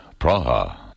Praha